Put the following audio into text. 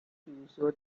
chiuso